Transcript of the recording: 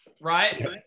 right